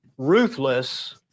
Ruthless